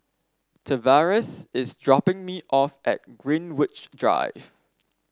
Tavares is dropping me off at Greenwich Drive